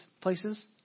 places